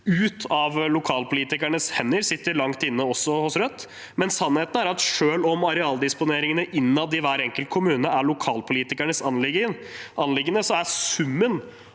ut av lokalpolitikernes hender, sitter langt inne også hos Rødt, men sannheten er at selv om arealdisponeringene innad i hver enkelt kommune er lokalpolitikernes anliggende, er summen